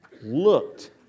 looked